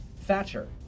Thatcher